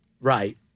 right